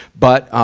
but, ah,